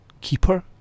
keeper